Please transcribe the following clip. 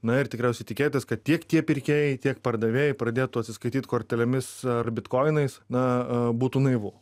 na ir tikriausiai tikėtis kad tiek tie pirkėjai tiek pardavėjai pradėtų atsiskaityt kortelėmis ar bitkoinais na būtų naivu